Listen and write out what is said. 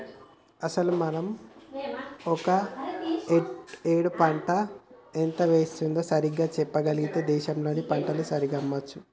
అసలు మనం ఒక ఏడు పంట ఎంత వేస్తుందో సరిగ్గా చెప్పగలిగితే దేశంలో పంటను సరిగ్గా అమ్మొచ్చు